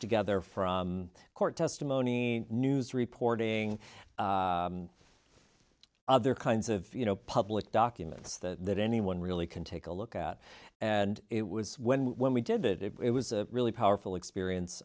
together from court testimony news reporting other kinds of you know public documents that that anyone really can take a look at and it was when we when we did it it was a really powerful experience